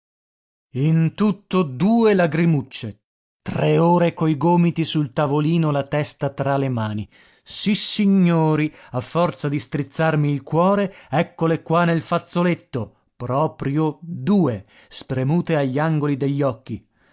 in tutto due lagrimucce tre ore coi gomiti sul tavolino la testa tra le mani sissignori a forza di strizzarmi il cuore eccole qua nel fazzoletto proprio due spremute agli angoli degli occhi